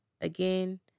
again